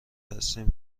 هستیم